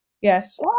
Yes